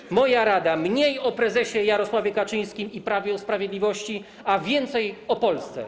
I moja rada: mniej o prezesie Jarosławie Kaczyńskim i o Prawie i Sprawiedliwości, a więcej o Polsce.